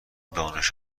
دانش